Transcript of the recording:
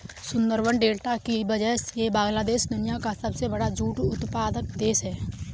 Sundarban delta की वजह से बांग्लादेश दुनिया का सबसे बड़ा जूट उत्पादक है